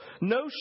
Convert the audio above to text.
no